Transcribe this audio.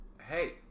hey